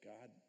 God